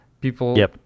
people